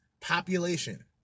population